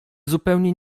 zupełnie